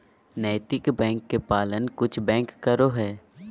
नैतिक बैंक के पालन कुछ बैंक करो हइ